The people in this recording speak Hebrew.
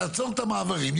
אם תעצור את המעברים,